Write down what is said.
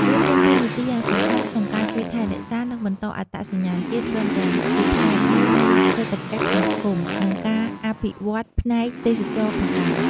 វាមានតួនាទីយ៉ាងសំខាន់ក្នុងការជួយថែរក្សា និងបន្តអត្តសញ្ញាណជាតិ ព្រមទាំងជាផ្នែកមួយនៃសេដ្ឋកិច្ចសហគមន៍ និងការអភិវឌ្ឍន៍ផ្នែកទេសចរណ៍ផងដែរ។